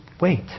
wait